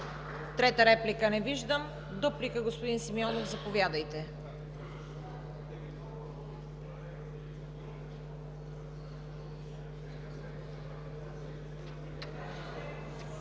Трета реплика не виждам. Дуплика – господин Симеонов, заповядайте.